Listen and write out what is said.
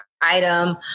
item